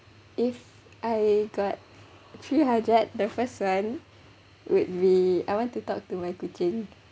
if I got three hajat the first one would be I want to talk to my kucing